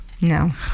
No